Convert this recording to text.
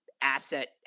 asset